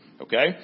okay